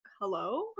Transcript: hello